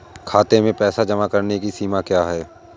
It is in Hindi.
खाते में पैसे जमा करने की सीमा क्या है?